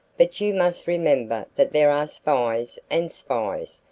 but you must remember that there are spies and spies,